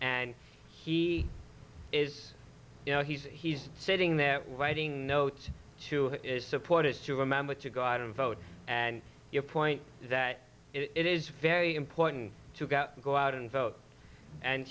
and he is you know he's he's sitting there writing notes to support it to remember to go out and vote and your point is that it is very important to go out and vote and